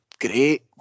great